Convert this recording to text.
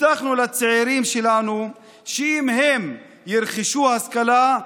הבטחנו לצעירים שלנו שאם הם ירכשו השכלה,